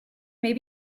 may